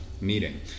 meeting